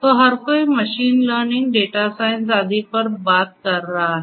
तो हर कोई मशीन लर्निंग डेटा साइंस आदि पर बात कर रहा है